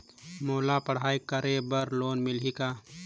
मोला पढ़ाई बर लोन मिलही का?